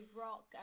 rock